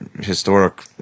historic